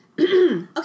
Okay